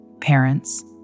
parents